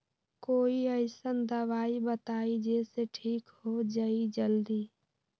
कोई अईसन दवाई बताई जे से ठीक हो जई जल्दी?